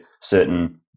certain